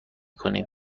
کنیم